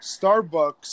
Starbucks